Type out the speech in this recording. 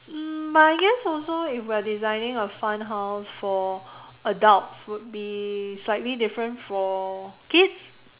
uh but I guess also if we're designing a fun house for adults would be slightly different for kids